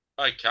Okay